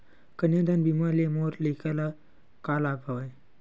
कन्यादान बीमा ले मोर लइका ल का लाभ हवय?